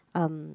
um